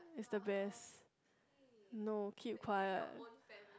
is the best